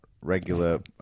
regular